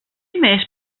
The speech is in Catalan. més